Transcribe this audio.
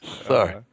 Sorry